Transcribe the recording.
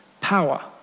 power